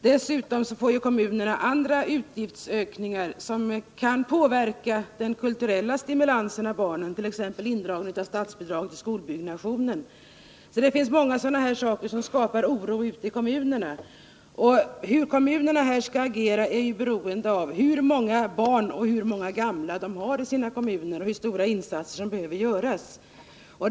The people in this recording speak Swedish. Dessutom får kommunerna andra utgiftsökningar, som kan påverka den kulturella stimulansen av barnen, t.ex. indragning av statsbidraget till skolbyggnationen. Många sådana här saker skapar oro ute i kommunerna. Hur en kommun skall agera är beroende av hur många barn och gamla som finns i kommunen och hur stora insatser som behöver göras.